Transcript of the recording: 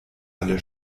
halle